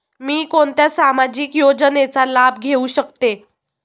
मी कोणत्या सामाजिक योजनेचा लाभ घेऊ शकते?